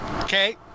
okay